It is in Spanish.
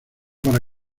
para